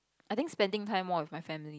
I think spending time more with my family